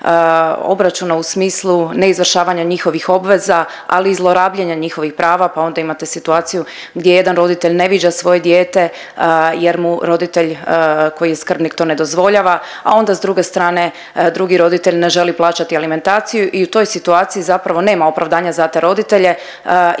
u smislu neizvršavanja njihovih obveza, ali i zlorabljenja njihovih prava pa onda imate situaciju gdje jedan roditelj ne viđa svoje dijete jer mu roditelj koji je skrbnih to ne dozvoljava, a onda s druge strane drugi roditelj ne želi plaćati alimentaciju i u toj situaciji zapravo nema opravdanja za te roditelje